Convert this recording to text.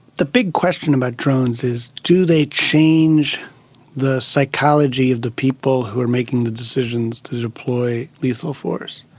the big question about drones is do they change the psychology of the people who are making the decisions to deploy lethal force?